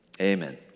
amen